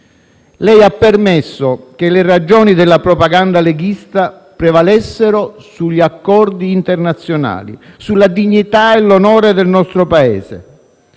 Lei ha permesso che le ragioni della propaganda leghista prevalessero sugli accordi internazionali, sulla dignità e sull'onore del nostro Paese.